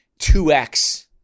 2x